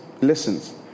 listens